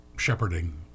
Shepherding